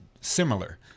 similar